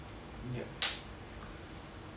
yup